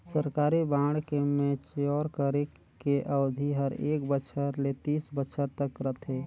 सरकारी बांड के मैच्योर करे के अबधि हर एक बछर ले तीस बछर तक रथे